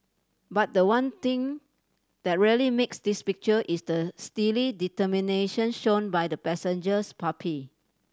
but the one thing that really makes this picture is the steely determination shown by the passengers puppy